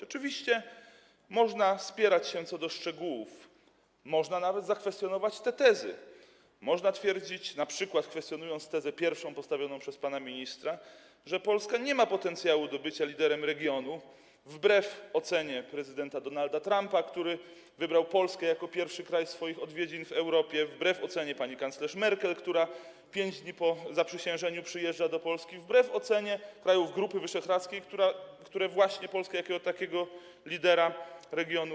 Oczywiście można spierać się co do szczegółów, można nawet zakwestionować te tezy, można twierdzić np., kwestionując tezę pierwszą postawioną przez pana ministra, że Polska nie ma potencjału do bycia liderem regionu wbrew ocenie prezydenta Donalda Trumpa, który wybrał Polskę jako pierwszy kraj w trakcie swoich odwiedzin w Europie, wbrew ocenie pani kanclerz Merkel, która 5 dni po zaprzysiężeniu przyjechała do Polski, wbrew ocenie krajów Grupy Wyszehradzkiej, które właśnie Polskę traktują jako lidera regionu.